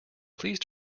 please